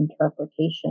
interpretation